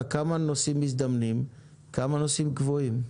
כמה נוסעים מזדמנים וכמה נוסעים קבועים.